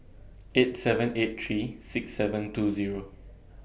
eight seven eight three six seven two Zero